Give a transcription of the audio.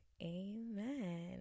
Amen